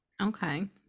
Okay